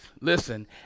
Listen